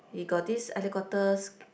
he got this helicopter